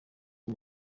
uwo